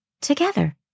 together